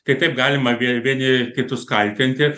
kai taip galima gi vieni kitus kaltinti